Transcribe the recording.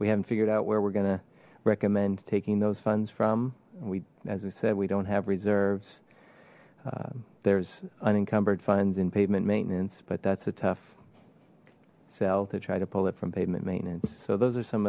we haven't figured out where we're going to recommend taking those funds from we as we said we don't have reserves there's unencumbered funds in pavement maintenance but that's a tough sell to try to pull it from pavement maintenance so those are some